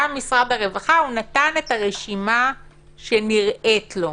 גם משרד הרווחה נתן את הרשימה שנראית לו.